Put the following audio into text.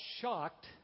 shocked